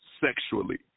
sexually